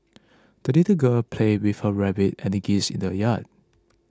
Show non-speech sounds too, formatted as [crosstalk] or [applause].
[noise] the little girl played with her rabbit and geese in the yard